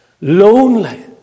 lonely